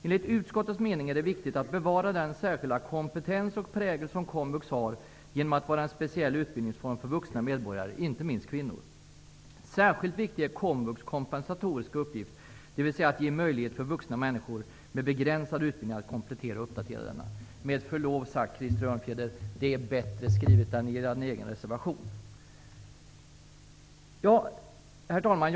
Enligt utskottets mening är det viktigt att bevara den särskilda kompetens och prägel som komvux har genom att vara en speciell utbildningsform för vuxna medborgare, inte minst kvinnor. Särskilt viktig är komvux kompensatoriska uppgift dvs. att ge möjlighet för vuxna människor med begränsad utbildning att komplettera och uppdatera denna.'' Med förlov sagt, Krister Örnfjäder, är detta en bättre skrivning än den ni har i er reservation. Herr talman!